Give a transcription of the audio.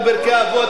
תהילים,